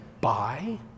buy